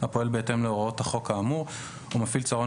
הפועל בהתאם להוראות החוק האמור ומפעיל צהרון